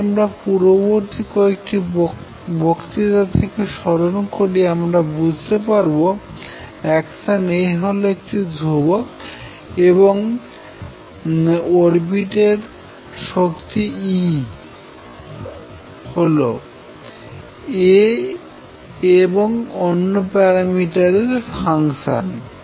যদি আমরা পূর্ববর্তী কয়েকটি বক্তৃতা থেকে স্মরণ করি আমরা বুঝতে পারব অ্যাকশন Aহলো একটা ধ্রুবক এবং অরবিট এর শক্তি E হল A এবং অন্য প্যারামিটার এর ফাংশন